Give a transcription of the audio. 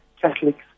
Catholics